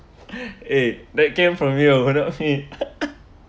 eh that came from you not me